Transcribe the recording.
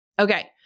Okay